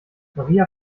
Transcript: maria